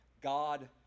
God